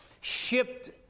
shipped